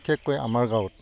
বিশেষকৈ আমাৰ গাঁৱত